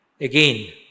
again